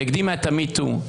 והקדימה את ה-Me Too,